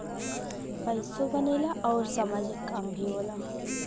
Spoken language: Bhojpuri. पइसो बनेला आउर सामाजिक काम भी होला